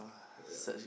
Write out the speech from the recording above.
yeah